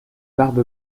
barbe